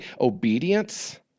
obedience